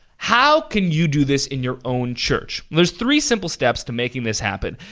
how can you do this in your own church? there's three simple steps to making this happen.